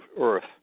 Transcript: earth